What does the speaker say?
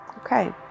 Okay